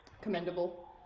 commendable